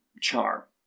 char